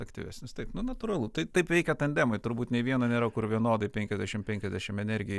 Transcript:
aktyvesnis taip nu natūralu tai taip veikia tandemai turbūt nė vieno nėra kur vienodai penkiasdešimt penkiasdešimt energija